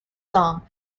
song